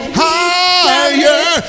higher